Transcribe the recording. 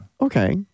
Okay